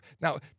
Now